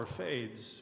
fades